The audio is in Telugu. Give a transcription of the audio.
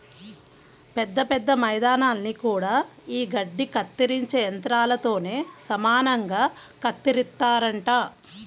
పెద్ద పెద్ద మైదానాల్ని గూడా యీ గడ్డి కత్తిరించే యంత్రాలతోనే సమానంగా కత్తిరిత్తారంట